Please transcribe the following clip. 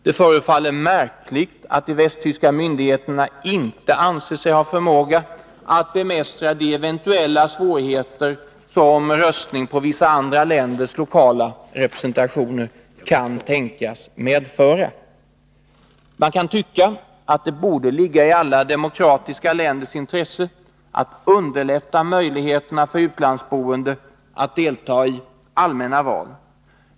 Det förefaller märkligt att de västtyska myndigheterna inte anser sig ha förmåga att bemästra de eventuella svårigheter som röstning på vissa andra länders lokala representationer kan tänkas medföra. Man kan tycka att det borde ligga i alla demokratiska länders intresse att 5 Riksdagens protokoll 1981/82:167-168 underlätta möjligheterna för utlandsboende att delta i allmänna val.